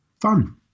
Fun